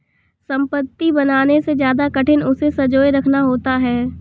संपत्ति बनाने से ज्यादा कठिन उसे संजोए रखना होता है